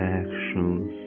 actions